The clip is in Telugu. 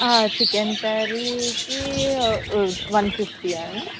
చికెన్ కర్రీకి వన్ ఫిఫ్టీయా